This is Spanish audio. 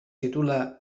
titula